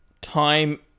time